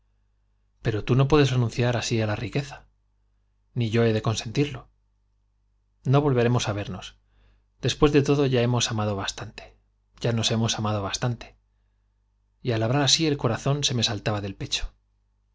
pero tú lío puedes renunciar así á la riqueza ni de consentirlo no volveremos á vernos des yo he hemos todo ya hemos amado bastante ya nos pués de amado bastante y al hablar así ei corazón me sal úlb en el pecho